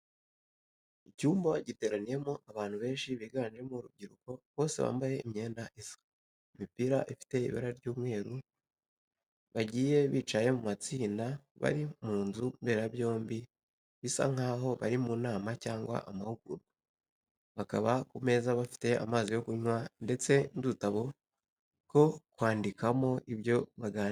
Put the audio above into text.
Icyumba giteraniyemo abantu benshi biganjemo urubyiruko bose bambaye imyenda isa, imipira ifite ibara ry'umweru, bagiye bicaye mu matsinda bari mu nzu mberabyombi bisa nkaho bari mu nama cyangwa amahugurwa, bakaba ku meza bafite amazi yo kunywa ndetse n'udutabo two kwandikamo ibyo baganira.